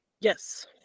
yes